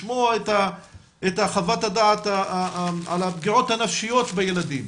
לשמוע את חוות הדעת על הפגיעות הנפשיות בילדים,